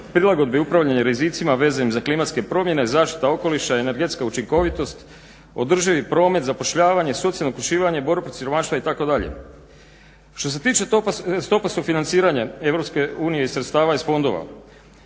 prilagodbe i upravljanje rizicima vezanim za klimatske promjene, zaštita okoliša i energetska učinkovitost, održivi promet, zapošljavanje, socijalno okruživanje, borba protiv siromaštva itd. Što se tiče stope sufinanciranja EU i sredstava iz fondova.